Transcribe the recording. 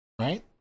right